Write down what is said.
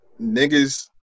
Niggas